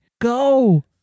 Go